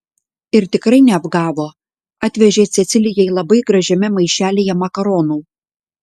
ir tikrai neapgavo atvežė cecilijai labai gražiame maišelyje makaronų